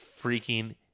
freaking